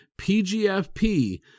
PGFP